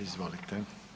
Izvolite.